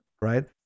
Right